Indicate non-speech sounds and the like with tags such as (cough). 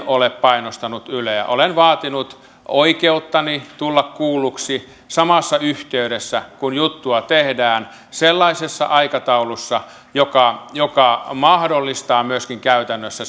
(unintelligible) ole painostanut yleä olen vaatinut oikeuttani tulla kuulluksi samassa yhteydessä kun juttua tehdään sellaisessa aikataulussa joka joka mahdollistaa myöskin käytännössä (unintelligible)